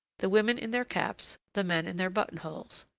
the women in their caps, the men in their button-holes.